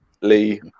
lee